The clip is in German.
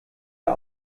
der